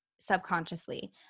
subconsciously